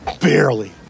Barely